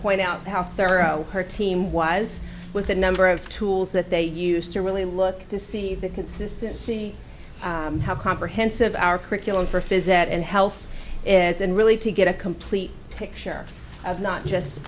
point out how thorough her team was with the number of tools that they used to really look to see the consistency how comprehensive our curriculum for physics and health is and really to get a complete picture of not just the